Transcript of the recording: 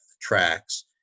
tracks